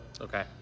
Okay